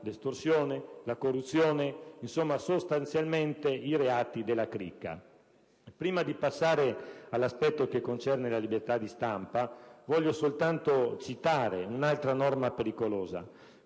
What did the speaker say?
di estorsione, di corruzione: insomma, sostanzialmente i reati della cricca. Prima di passare all'aspetto che concerne la libertà di stampa, voglio soltanto citare un'altra norma pericolosa: